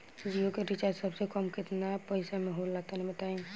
जियो के रिचार्ज सबसे कम केतना पईसा म होला तनि बताई?